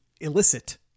illicit